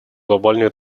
глобальной